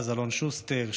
אלון שוסטר,